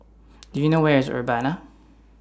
Do YOU know Where IS Urbana